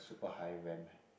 super high ram